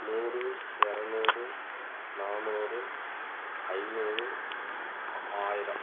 நூறு இரநூறு நானூறு ஐந்நூறு ஆயிரம்